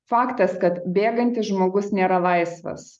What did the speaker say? faktas kad bėgantis žmogus nėra laisvas